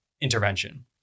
intervention